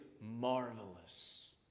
marvelous